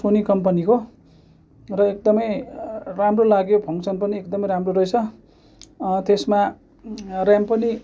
Sony कम्पनीको र एकदमै राम्रो लाग्यो फङसन पनि एकदमै राम्रो रहेछ त्यसमा र्याम पनि